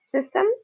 system